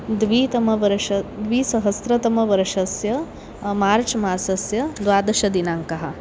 द्वे तमवर्षस्य द्विसहस्रतमवर्षस्य मार्च् मासस्य द्वादशदिनाङ्क